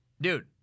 dude